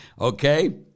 Okay